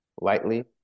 lightly